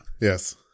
Yes